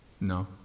No